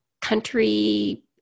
country